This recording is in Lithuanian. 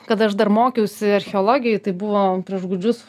kada aš dar mokiausi archeologijoj tai buvo prieš gūdžius